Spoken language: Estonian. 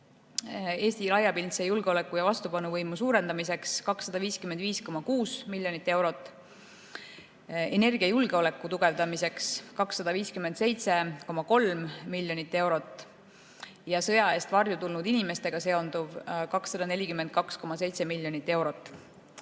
Eesti laiapindse julgeoleku ja vastupanuvõime suurendamiseks 255,6 miljonit eurot, energiajulgeoleku tugevdamiseks 257,3 miljonit eurot ja sõja eest varju tulnud inimestega seonduv 242,7 miljonit eurot.